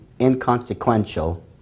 inconsequential